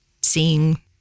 seeing